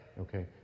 Okay